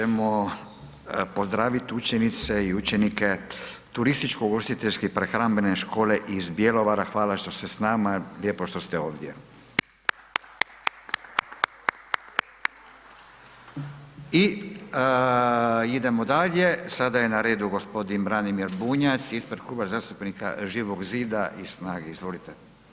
Sada ćemo pozdravit učenice i učenike Turističko-ugostiteljske prehrambene škole iz Bjelovara, hvala što ste s nama, lijepo što ste ovdje. I idemo dalje, sada je na redu g. Branimir Bunjac ispred Kluba zastupnika Živog zida i SNAGA-e, izvolite.